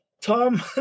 Tom